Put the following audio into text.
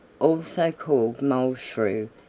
also called mole shrew,